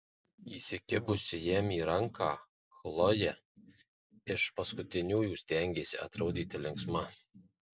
įsikibusi jam į ranką chlojė iš paskutiniųjų stengėsi atrodyti linksma